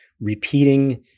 repeating